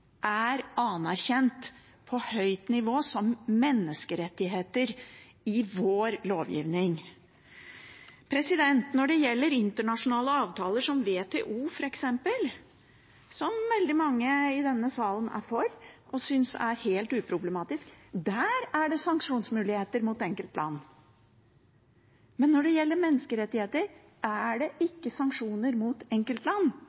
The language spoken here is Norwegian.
er anerkjent på høyt nivå som menneskerettigheter i vår lovgivning. Når det gjelder internasjonale avtaler, som f.eks. WTO, som veldig mange i denne salen er for og synes er helt uproblematisk, er det der sanksjonsmuligheter mot enkeltland. Når det gjelder menneskerettigheter, er det ikke sanksjoner mot enkeltland